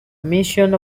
mission